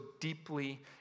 deeply